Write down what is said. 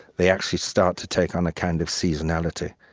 they actually start to take on a kind of seasonality.